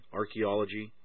archaeology